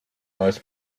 most